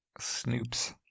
snoops